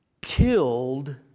killed